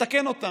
תתקן אותם.